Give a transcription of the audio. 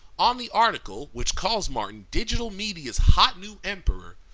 on the article which calls martin digital media's hot new emperor,